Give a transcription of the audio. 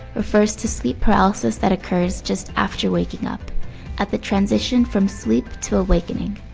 refers to sleep paralysis that occurs just after waking up at the transition from sleep to awakening.